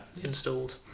installed